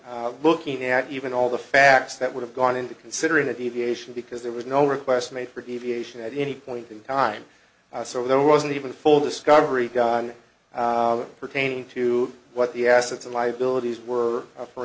into looking at even all the facts that would have gone into considering that deviation because there was no request made for deviation at any point in time so there wasn't even full discovery pertaining to what the assets and liabilities were